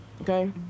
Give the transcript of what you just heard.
okay